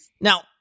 Now